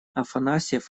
афанасьев